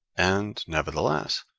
and, nevertheless,